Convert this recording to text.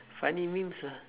funny memes ah